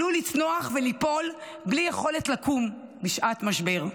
עלול לצנוח וליפול בלי יכולת לקום בשעת משבר.